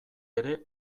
ere